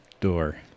door